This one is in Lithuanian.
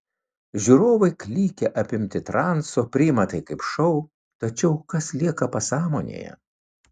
žiūrovai klykia apimti transo priima tai kaip šou tačiau kas lieka pasąmonėje